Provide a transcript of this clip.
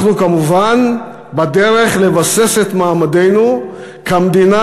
אנחנו כמובן בדרך לבסס את מעמדנו כמדינה